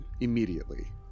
immediately